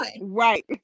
right